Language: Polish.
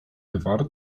gwar